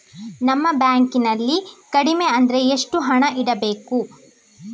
ನಮ್ಮ ಬ್ಯಾಂಕ್ ನಲ್ಲಿ ಕಡಿಮೆ ಅಂದ್ರೆ ಎಷ್ಟು ಹಣ ಇಡಬೇಕು?